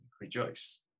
rejoice